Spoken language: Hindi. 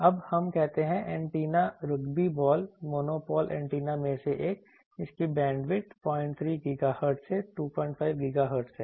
अब हम कहते हैं antenna rugby ball monopole antenna में से एक इसकी बैंडविड्थ 03 GHz से 25 GHz है